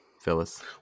Phyllis